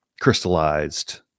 crystallized